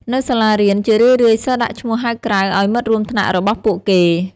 នៅសាលារៀន ជារឿយៗសិស្សដាក់ឈ្មោះហៅក្រៅឲ្យមិត្តរួមថ្នាក់របស់ពួកគេ។